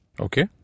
Okay